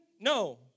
No